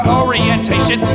orientation